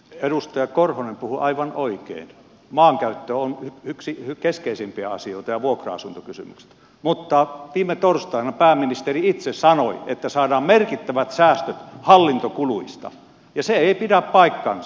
edustaja korhonen puhui aivan oikein maankäyttö on yksi keskeisimpiä asioita ja vuokra asuntokysymykset mutta viime torstaina pääministeri itse sanoi että saadaan merkittävät säästöt hallintokuluista ja se ei pidä paikkaansa